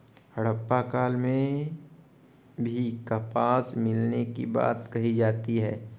हड़प्पा काल में भी कपास मिलने की बात कही जाती है